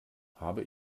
habe